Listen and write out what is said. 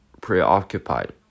preoccupied